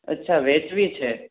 અચ્છા વેચવી છે